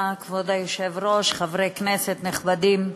כבוד היושב-ראש, תודה, חברי כנסת נכבדים,